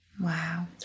Wow